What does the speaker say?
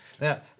Now